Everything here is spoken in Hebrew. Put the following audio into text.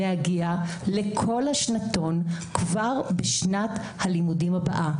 להגיע לכל השנתון כבר בשנת הלימודים הבאה.